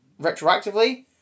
retroactively